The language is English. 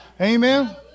Amen